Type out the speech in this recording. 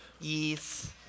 Yes